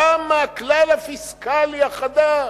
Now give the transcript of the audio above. כמה הכלל הפיסקלי החדש,